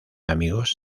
amigos